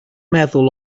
meddwl